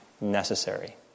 necessary